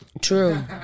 True